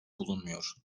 bulunmuyor